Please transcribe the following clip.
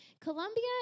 Colombia